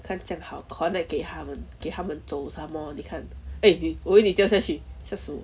看这样好 connect 给他们给他们走 some more 你看 eh 我以为你掉下去吓死我